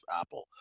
Apple